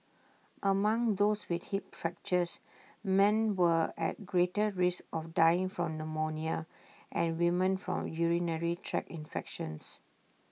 among those with hip fractures men were at greater risk of dying from pneumonia and women from urinary tract infections